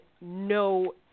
no